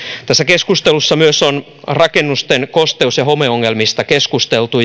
tässä keskustelussa myös on rakennusten kosteus ja homeongelmista keskusteltu